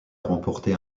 remporté